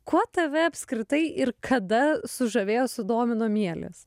kuo tave apskritai ir kada sužavėjo sudomino mielės